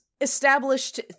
established